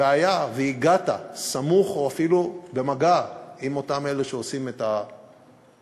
והיה והגעת סמוך או אפילו במגע עם אותם אלה שעושים את החבלות,